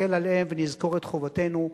נסתכל עליהם ונזכור את חובתנו.